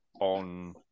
on